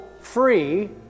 free